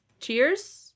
Cheers